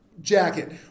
jacket